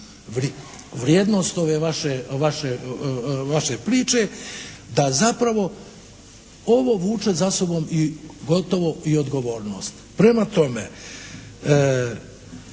vrijednost ove vaše priče da zapravo ovo vuče za sobom gotovo i odgovornost. Prema tome,